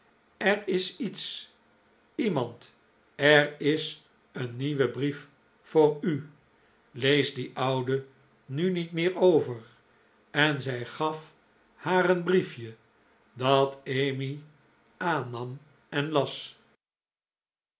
er is iets iemand er is een nieuwe brief voor u lees die oude nu niet meer over en zij gaf haar een brief je dat emmy aannam en las